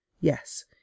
yes